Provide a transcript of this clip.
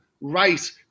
right